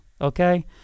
Okay